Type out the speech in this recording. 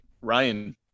Ryan